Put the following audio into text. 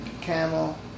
camel